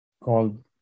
called